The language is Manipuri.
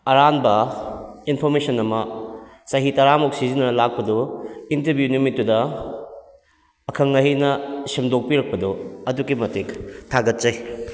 ꯑꯔꯥꯟꯕ ꯏꯟꯐꯣꯔꯃꯦꯁꯟ ꯑꯃ ꯆꯍꯤ ꯇꯔꯥꯃꯨꯛ ꯁꯤꯖꯤꯟꯅꯔ ꯂꯥꯛꯄꯗꯨ ꯏꯟꯇꯔꯕꯤꯌꯨ ꯅꯨꯃꯤꯠꯇꯨꯗ ꯑꯈꯪ ꯑꯍꯩꯅ ꯁꯦꯝꯗꯣꯛꯄꯤꯔꯛꯄꯗꯨ ꯑꯗꯨꯛꯀꯤ ꯃꯇꯤꯛ ꯊꯥꯒꯠꯆꯩ